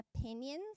opinions